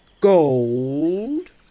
Gold